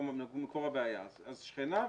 למקום הבעיה, אז שכניו